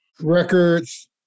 records